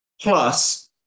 Plus